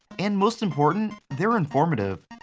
and most important their informative.